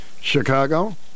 Chicago